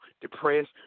depressed